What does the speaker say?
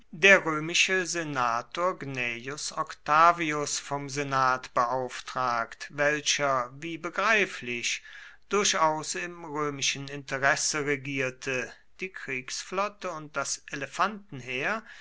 der römische senator gnaeus octavius vom senat beauftragt welcher wie begreiflich durchaus im römischen interesse regierte die kriegsflotte und das elefantenheer